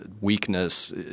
weakness